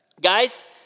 Guys